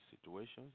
situations